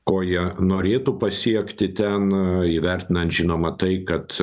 ko jie norėtų pasiekti ten įvertinant žinoma tai kad